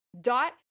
dot